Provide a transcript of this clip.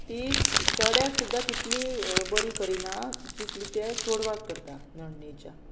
ती चड सुद्दा तितली बरी करिना जितली ते चोडवाक करता नडणीच्या